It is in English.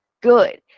good